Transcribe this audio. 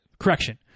Correction